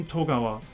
Togawa